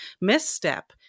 misstep